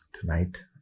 tonight